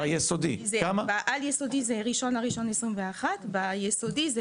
בעל-יסודי זה 1.1.2021 וביסודי זה